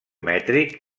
mètric